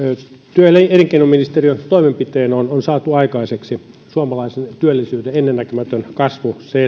työ ja elinkeinoministeriön toimenpitein on on saatu aikaiseksi suomalaisen työllisyyden ennennäkemätön kasvu se